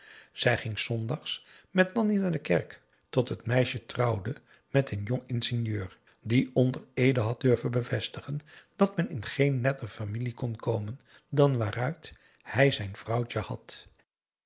zij ging zondags met nanni naar de kerk tot het meisje trouwde met een jong ingenieur die onder eede had durven bevestigen dat men in geen netter familie kon komen dan waaruit hij zijn vrouwtje had